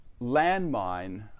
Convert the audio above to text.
landmine